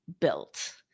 built